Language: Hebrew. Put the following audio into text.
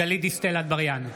גלית דיסטל אטבריאן,